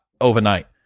overnight